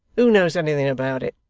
who knows anything about it